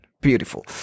beautiful